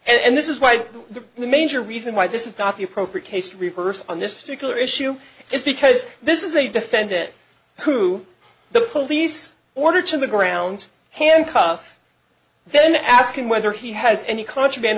here and this is why the major reason why this is not the appropriate case rehearse on this particular issue is because this is a defendant who the police ordered to the ground handcuff then ask him whether he has any contraband